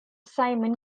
simon